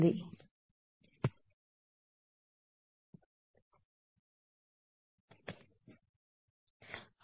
Then this energy balance for a closed system can be expressed by this equation given in the slides that already we have discussed